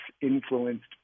influenced